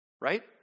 right